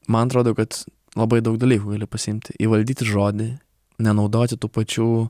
man atrodo kad labai daug dalykų gali pasiimti įvaldyti žodį nenaudoti tų pačių